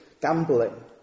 gambling